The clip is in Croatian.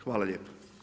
Hvala lijepo.